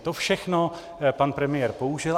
To všechno pan premiér použil.